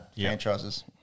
franchises